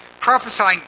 prophesying